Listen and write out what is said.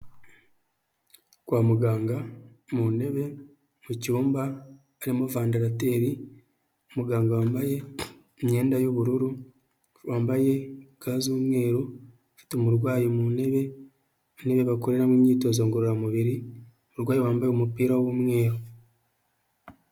Kwa muganga, mu ntebe, mu cyumba, harimo vandarateri, muganga wambaye imyenda y'ubururu, wambaye ga z'umweru, ufite umurwayi mu ntebe, intebe bakoreramo imyitozo ngororamubiri, umurwayi wambaye umupira w'umweru.